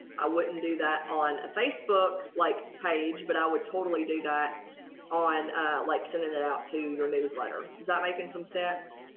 i wouldn't do that on a facebook like page but i would totally do that on like sending it out to your newsletter. does that making some sense?